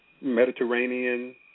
Mediterranean